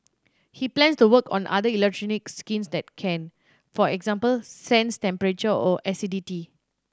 he plans to work on other electronic skins that can for example sense temperature or acidity